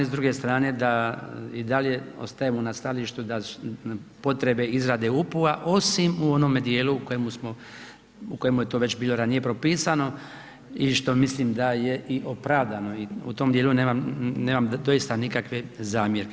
S druge strane da i dalje ostajemo na stajalištu potrebe izrade UPU-a osim u onome dijelu u kojemu je to već bilo ranije propisano i što mislim da je i opravdano i u tom dijelu nemam doista nikakve zamjerke.